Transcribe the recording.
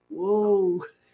Whoa